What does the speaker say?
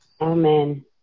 Amen